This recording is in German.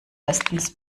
bestens